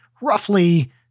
roughly